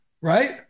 right